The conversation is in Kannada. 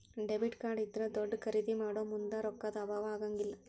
ಡೆಬಿಟ್ ಕಾರ್ಡ್ ಇದ್ರಾ ದೊಡ್ದ ಖರಿದೇ ಮಾಡೊಮುಂದ್ ರೊಕ್ಕಾ ದ್ ಅಭಾವಾ ಆಗಂಗಿಲ್ಲ್